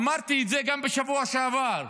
אמרתי את זה גם בשבוע שעבר.